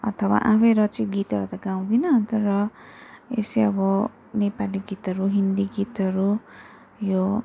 अथवा आफै रची गीतहरू त गाउँदिनँ तर यस्तै अब नेपाली गीतहरू हिन्दी गीतहरू यो